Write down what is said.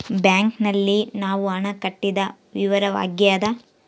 bank ನಲ್ಲಿ ನಾವು ಹಣ ಕಟ್ಟಿದ ವಿವರವಾಗ್ಯಾದ